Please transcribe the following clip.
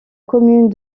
commune